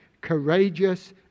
courageous